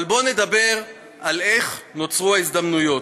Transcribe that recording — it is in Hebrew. אבל בואו נדבר על איך נוצרו ההזדמנויות.